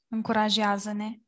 Încurajează-ne